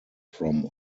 from